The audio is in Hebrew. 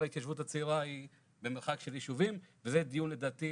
כל ההתיישבות הצעירה היא במרחק של ישובים וזה דיון לדעתי